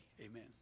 Amen